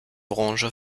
branche